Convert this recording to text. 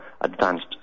advanced